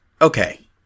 Okay